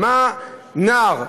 נער,